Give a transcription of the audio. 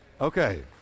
Okay